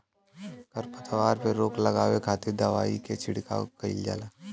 खरपतवार पे रोक लगावे खातिर दवाई के छिड़काव कईल जाला